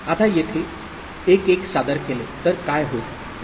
आता येथे 1 1 सादर केले तर काय होईल